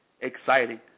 exciting